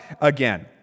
again